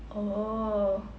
oh